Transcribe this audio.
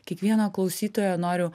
kiekvieno klausytojo noriu